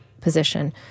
position